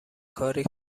کاری